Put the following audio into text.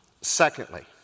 Secondly